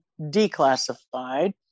declassified